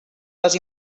les